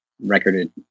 recorded